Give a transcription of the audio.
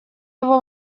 его